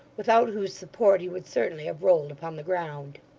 without whose support he would certainly have rolled upon the ground.